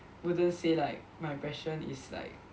wouldn't say like my impression is like